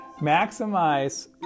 maximize